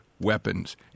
weapons—